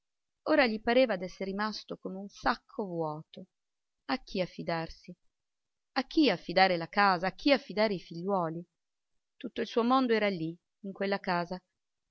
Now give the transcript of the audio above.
ora gli pareva d'esser rimasto come un sacco vuoto a chi affidarsi a chi affidare la casa a chi affidare i figliuoli tutto il suo mondo era lì in quella casa